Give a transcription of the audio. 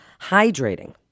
hydrating